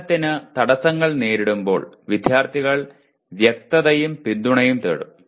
പഠനത്തിന് തടസ്സങ്ങൾ നേരിടുമ്പോൾ വിദ്യാർത്ഥികൾ വ്യക്തതയും പിന്തുണയും തേടും